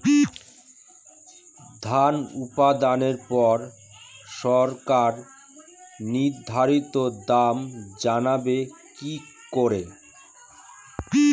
ধান উৎপাদনে পর সরকার নির্ধারিত দাম জানবো কি করে?